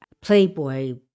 Playboy